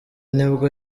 nibwo